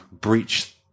breach